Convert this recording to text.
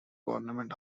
government